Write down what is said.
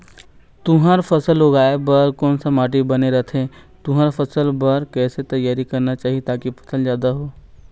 तुंहर फसल उगाए बार कोन सा माटी बने रथे तुंहर फसल बार कैसे तियारी करना चाही ताकि फसल जादा हो?